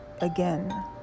again